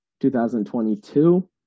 2022